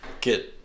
get